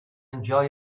enjoy